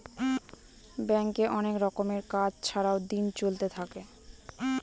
ব্যাঙ্কে অনেক রকমের কাজ ছাড়াও দিন চলতে থাকে